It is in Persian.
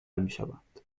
میشوند